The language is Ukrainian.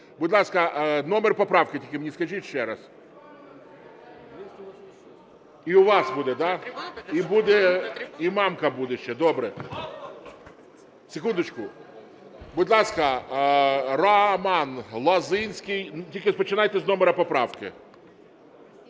Будь ласка, номер поправки тільки мені скажіть ще раз. І у вас буде, да? І Мамка буде ще? Добре. Секундочку. Будь ласка, Роман Лозинський. Тільки починайте з номера поправки.